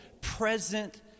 present